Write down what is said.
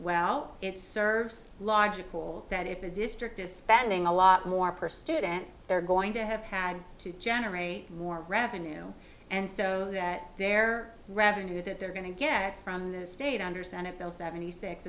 well it serves logical that if a district is spending a lot more per student they're going to have had to generate more revenue and so that their revenue that they're going to get from the state under senate bill seventy six